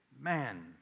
Man